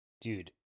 Dude